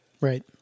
right